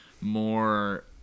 more